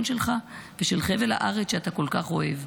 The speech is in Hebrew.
שלך ושל חבל הארץ שאתה כל כך אוהב.